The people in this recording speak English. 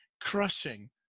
crushing